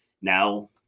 now